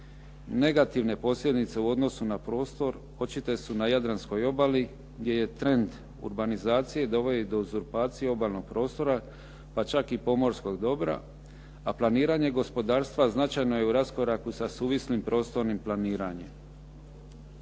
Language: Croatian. Negativne posljedice u odnosu na prostor očite su na jadranskoj obali gdje trend urbanizacije dovodi do uzurpacije obalnog prostora, pa čak i pomorskog dobra, a planiranje gospodarstva značajno je u raskoraku sa suvislim prostornim planiranjem.